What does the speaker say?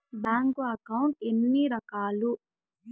bank account ఎన్ని రకాలు